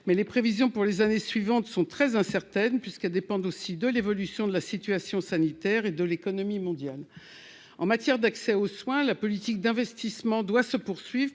mais les prévisions pour les années suivantes sont très incertaines puisqu'elles dépendent aussi de l'évolution de la situation sanitaire et de l'économie mondiale en matière d'accès aux soins, la politique d'investissement doit se poursuivent